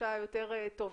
תחושה יותר טובה.